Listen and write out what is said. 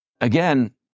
again